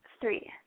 three